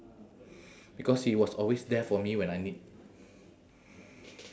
because he was always there for me when I need